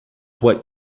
what